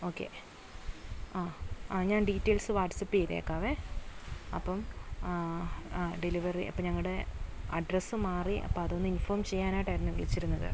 okay ആ ആ ഞാൻ ഡീറ്റെയിൽസ് വാട്സാപ്പ് ചെയ്തേക്കാം അപ്പം ആ ഡെലിവറി അപ്പം ഞങ്ങളുടെ അഡ്രസ്സ് മാറി അപ്പം അതൊന്ന് ഇൻഫോം ചെയ്യാനായിട്ടായിരുന്നു വിളിച്ചിരുന്നത്